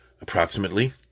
approximately